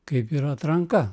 kaip yra atranka